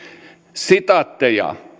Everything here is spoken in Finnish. sitaatteja